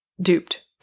duped